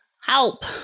Help